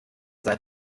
seit